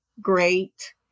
great